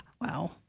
Wow